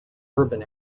urban